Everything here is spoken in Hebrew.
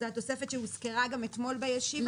זו התוספת שהוזכרה גם אתמול בישיבה,